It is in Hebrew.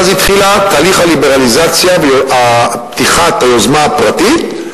ואז התחיל תהליך הליברליזציה ופתיחת היוזמה הפרטית,